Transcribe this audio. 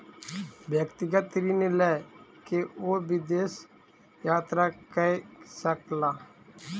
व्यक्तिगत ऋण लय के ओ विदेश यात्रा कय सकला